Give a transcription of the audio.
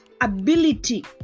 ability